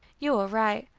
you are right.